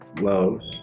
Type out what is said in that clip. Love